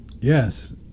Yes